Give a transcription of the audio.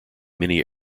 many